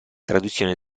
traduzione